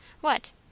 What